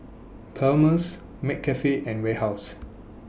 Palmer's McCafe and Warehouse